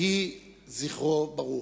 יהי זכרו ברוך.